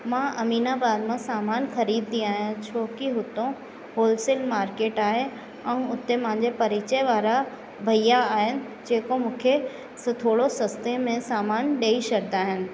मां अमीनाबाद मां सामान ख़रीदंदी आहियां छो कि हुतां होलसेल मार्केट आहे ऐं हुते मांजे परिचय वारा भैया आहिनि जेको मूंखे सु थोरो सस्ते में सामानु ॾेई छॾंदा आहिनि